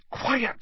quiet